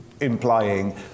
implying